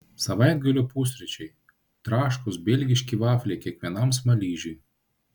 savaitgalio pusryčiai traškūs belgiški vafliai kiekvienam smaližiui